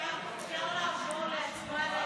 אפשר לעבור להצבעה על